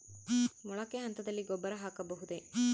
ಮೊಳಕೆ ಹಂತದಲ್ಲಿ ಗೊಬ್ಬರ ಹಾಕಬಹುದೇ?